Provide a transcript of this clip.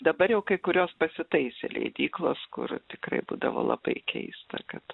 dabar jau kai kurios pasitaisė leidyklos kur tikrai būdavo labai keista kad